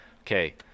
okay